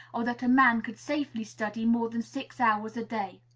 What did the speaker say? or that a man could safely study more than six hours a day.